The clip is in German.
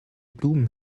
blumen